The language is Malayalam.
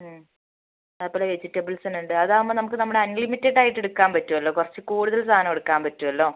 അതുപോലെ വെജിറ്റബിൾസിന് ഉണ്ട് അതാകുമ്പം നമുക്ക് നമ്മുടെ അൺലിമിറ്റഡ് ആയിട്ട് എടുക്കാൻ പറ്റുവല്ലോ കുറച്ച് കൂടുതൽ സാധനവും എടുക്കാൻ പറ്റുവല്ലോ